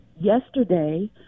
yesterday